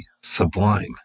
sublime